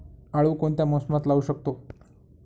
आळू कोणत्या मोसमात लावू शकतो?